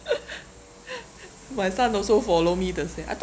my son also follow me the same I thought